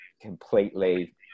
completely